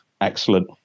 excellent